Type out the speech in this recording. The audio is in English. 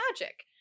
magic